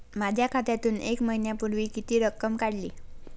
माझ्या खात्यातून एक महिन्यापूर्वी किती रक्कम काढली?